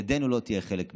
ידנו לא תהיה חלק מזה.